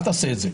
אל תעשה את זה.